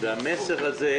והמסר הזה,